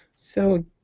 so